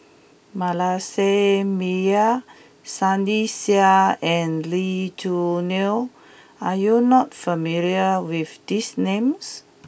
Manasseh Meyer Sunny Sia and Lee Choo Neo are you not familiar with these names